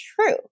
true